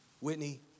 Whitney